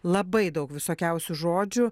labai daug visokiausių žodžių